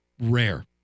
Rare